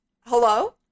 Hello